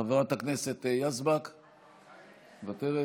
חברת הכנסת יזבק מוותרת,